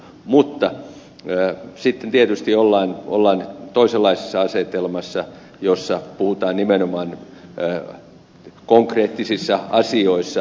mutta sitten ollaan tietysti toisenlaisessa asetelmassa kun puhutaan nimenomaan päätöksen tekemisestä konkreettisissa asioissa